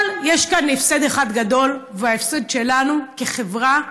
אבל יש כאן הפסד אחד גדול והוא ההפסד שלנו כחברה,